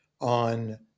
on